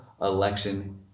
Election